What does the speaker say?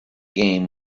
game